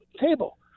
table